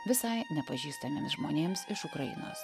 visai nepažįstamiems žmonėms iš ukrainos